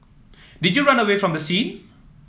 did you run away from the scene